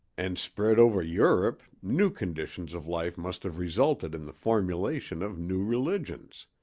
and spread over europe, new conditions of life must have resulted in the formulation of new religions.